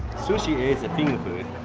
sushi is finger food.